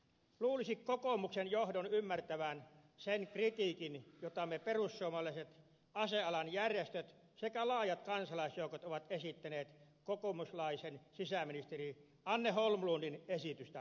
luulisi kokoomuksen johdon ymmärtävän sen kritiikin jota me perussuomalaiset asealan järjestöt sekä laajat kansalaisjoukot olemme esittäneet kokoomuslaisen sisäministeri anne holmlundin esitystä kohtaan